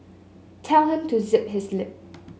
tell him to zip his lip